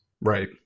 right